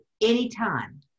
anytime